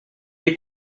est